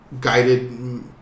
guided